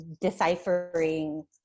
deciphering